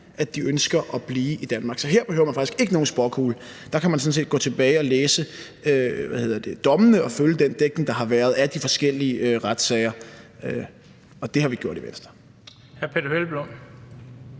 de ønsker at blive i Danmark. Så her behøver man faktisk ikke nogen spåkugle; der kan man sådan set gå tilbage og læse dommene og følge den dækning, der har været af de forskellige retssager. Og det har vi gjort i Venstre.